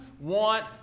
want